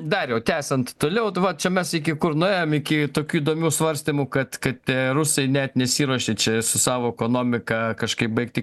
dariau tęsiant toliau čia mes iki kur nuėjom iki tokių įdomių svarstymų kad kad rusai net nesiruošia čia su savo ekonomika kažkaip baigti